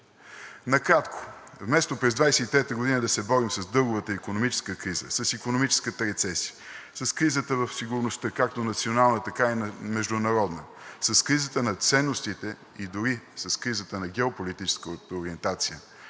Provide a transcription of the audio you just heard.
Накратко, вместо през 2023 г. да се борим с дълговата икономическа криза, с икономическата рецесия, с кризата в сигурността, както национална, така и международна, с кризата на ценностите и дори с кризата на геополитическата ориентация,